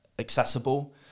accessible